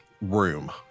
room